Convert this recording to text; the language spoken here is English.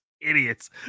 idiots